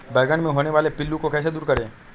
बैंगन मे होने वाले पिल्लू को कैसे दूर करें?